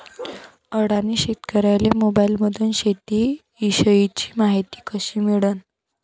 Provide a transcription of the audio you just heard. अडानी कास्तकाराइले मोबाईलमंदून शेती इषयीची मायती कशी मिळन?